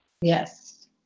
Yes